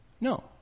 no